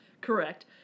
Correct